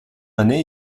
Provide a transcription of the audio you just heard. année